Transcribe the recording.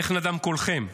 איך נדם קולכם?